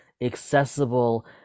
accessible